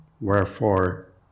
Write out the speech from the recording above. wherefore